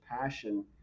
passion